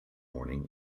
morning